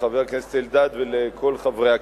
לחבר הכנסת אלדד ולכל חברי הכנסת: